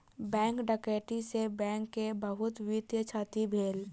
bank डकैती से bank के बहुत वित्तीय क्षति भेल